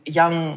young